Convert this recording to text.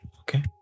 okay